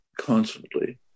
constantly